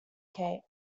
kate